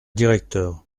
directeur